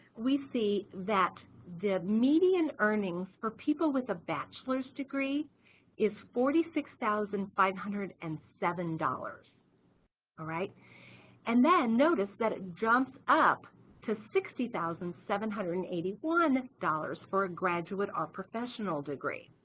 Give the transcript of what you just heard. we see that the median earnings for people with a bachelor's degree is forty six thousand five hundred and seven dollars and then notice that it jumps up to sixty thousand seven hundred and eighty one dollars for a graduate or professional degree,